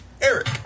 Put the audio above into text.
Eric